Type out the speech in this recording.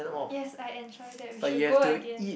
yes I enjoy that we should go again